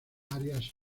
arias